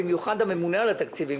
במיוחד הממונה על התקציבים,